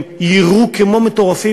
הם יירו כמו מטורפים,